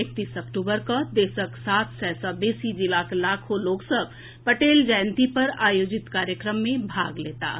एकतीस अक्टूबर के देशक सात सय सँ बेसी जिलाक लाखो लोक सभ पटेल जयंती पर आयोजित कार्यक्रम मे भाग लेताह